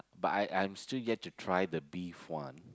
but I I'm still yet to try the beef one